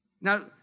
Now